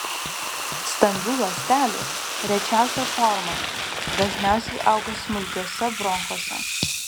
stambių ląstelių rečiausia forma dažniausiai auga smulkiuose bronchuose